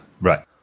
Right